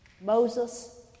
Moses